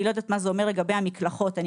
אני לא יודעת מה זה אומר לגבי המקלחות ואני